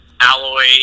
Alloy